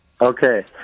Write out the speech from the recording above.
Okay